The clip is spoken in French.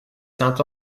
saint